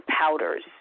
powders